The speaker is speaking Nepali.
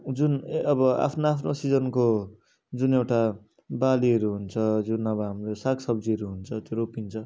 जुन अब आफ्नो आफ्नो सिजनको जुन एउटा बालीहरू हुन्छ जुन अब हाम्रो यो साग सब्जीहरू हुन्छ त्यो रोपिन्छ